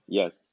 yes